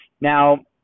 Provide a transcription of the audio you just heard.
Now